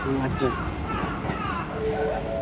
হুম আছে